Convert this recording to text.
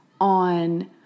on